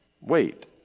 Wait